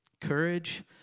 Courage